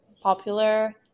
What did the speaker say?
popular